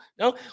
No